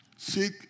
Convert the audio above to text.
Seek